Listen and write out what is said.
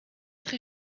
très